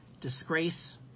disgrace